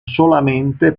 solamente